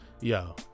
yo